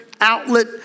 outlet